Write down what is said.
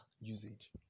usage